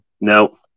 No